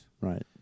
Right